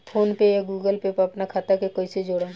PhonePe या Google Pay पर अपना खाता के कईसे जोड़म?